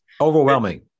Overwhelming